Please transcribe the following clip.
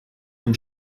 dem